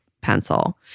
pencil